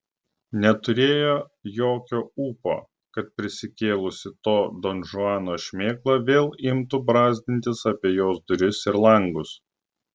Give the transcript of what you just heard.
neturėjo jokio ūpo kad prisikėlusi to donžuano šmėkla vėl imtų brazdintis apie jos duris ir langus